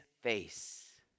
face